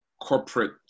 corporate